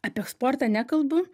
apie sportą nekalbu